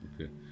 Okay